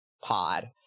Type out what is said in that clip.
pod